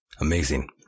Amazing